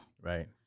Right